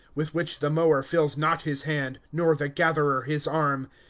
with which the mower fills not his hand, nor the gatherer his arm.